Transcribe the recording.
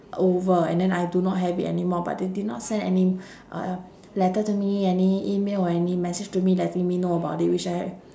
over and then I do not have it anymore but they did not send any uh letter to me any email or any message to me letting me know about it which I